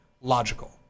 logical